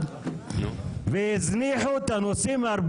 משהו.